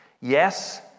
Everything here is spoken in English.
Yes